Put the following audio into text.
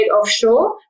offshore